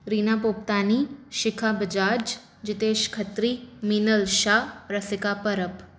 Reena Popatani Shikha Bajaj Jitesh Khatri Meenal Shah Rasika Parap